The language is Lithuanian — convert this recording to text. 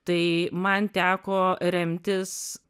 tai man teko remtis